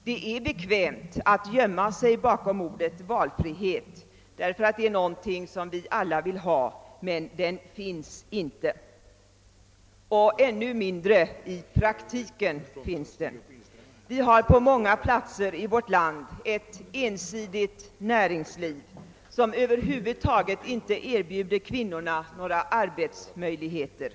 Det är bekvämt att gömma sig bakom ordet valfrihet, därför att det är någonting som vi alla vill ha, men den finns inte ens i teorin, ännu mindre i praktiken. Vi har på många platser i vårt land ett ensidigt näringsliv som över huvud taget inte erbjuder kvinnorna några arbetsmöjligheter.